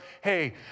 hey